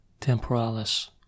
temporalis